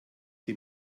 die